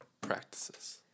Practices